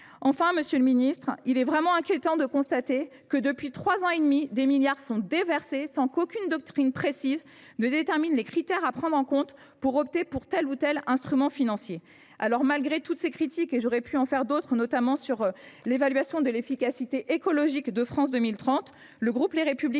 Enfin, il est véritablement inquiétant de constater que depuis trois ans et demi des milliards d’euros sont déversés sans qu’une doctrine précise détermine les critères à prendre en compte pour opter pour tel ou tel instrument financier. Malgré toutes ces critiques – et j’aurais pu en faire d’autres, notamment sur l’évaluation de l’efficacité écologique de France 2030 –, le groupe Les Républicains